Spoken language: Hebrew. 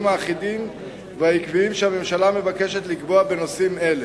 האחידים והעקביים שהממשלה מבקשת לקבוע בנושאים אלה.